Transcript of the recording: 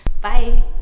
Bye